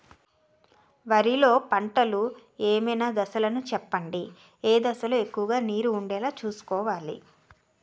వరిలో పంటలు ఏమైన దశ లను చెప్పండి? ఏ దశ లొ ఎక్కువుగా నీరు వుండేలా చుస్కోవలి?